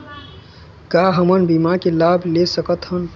का हमन बीमा के लाभ ले सकथन?